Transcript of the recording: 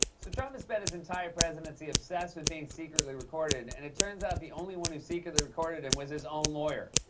so trump has spent his entire presidency obsessed with being secretly recorded, and it turns out the only one who secretly recorded him was his own lawyer.